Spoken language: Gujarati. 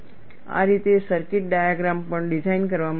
આ રીતે સર્કિટ ડાયાગ્રામ પણ ડિઝાઇન કરવામાં આવે છે